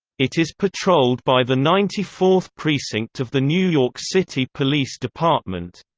it is patrolled by the ninety fourth precinct of the new york city police department